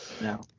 No